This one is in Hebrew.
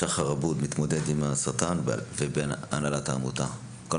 שחר עבוד, מתמודד עם הסרטן ובהנהלת העמותה, בקשה.